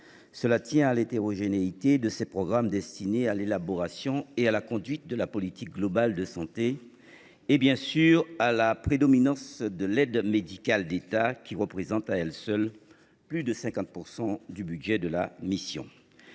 Cela tient à l’hétérogénéité des programmes de cette mission, destinés à l’élaboration et à la conduite de la politique globale de santé, ainsi que, bien sûr, à la prédominance de l’aide médicale de l’État, qui représente à elle seule plus de 50 % du budget de la mission.